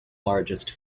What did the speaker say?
largest